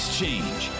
change